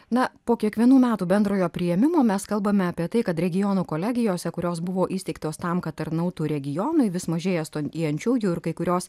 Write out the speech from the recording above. na po kiekvienų metų bendrojo priėmimo mes kalbame apie tai kad regionų kolegijose kurios buvo įsteigtos tam kad tarnautų regionui vis mažėja stojančiųjų ir kai kurios